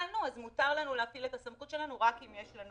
מותר לנו להפעיל את הסמכות שלנו רק אם יש לנו